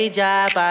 job